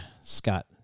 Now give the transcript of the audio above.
Scott